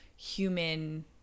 human